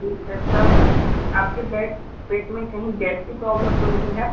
ठीक है तब आपके बैट पेट में कहीं गैस की प्रोब्लेम तो नहीं है